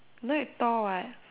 no need tall what